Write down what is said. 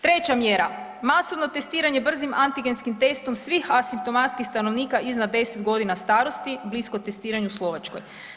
Treća mjera, masovno testiranje brzim antigenskim testom svih asimptomatskih stanovnika iznad 10 godina starosti, blisko testiranju u Slovačkoj.